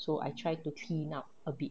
so I try to clean up a bit